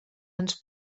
ens